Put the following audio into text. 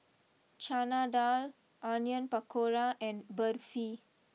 Chana Dal Onion Pakora and Barfi